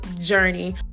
journey